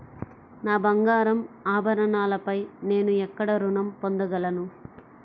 నా బంగారు ఆభరణాలపై నేను ఎక్కడ రుణం పొందగలను?